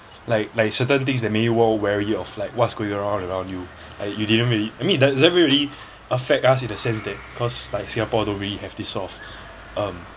like like certain things that make you more wary of like what's going on around you like you didn't really I mean it does~ doesn't really affect us in the sense that cause like singapore don't really have this sort of um